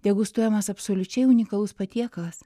degustuojamas absoliučiai unikalus patiekalas